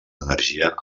energia